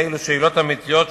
אלה שאלות אמיתיות,